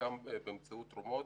חלקם באמצעות תרומות,